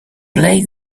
play